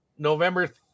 November